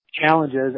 challenges